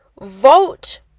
Vote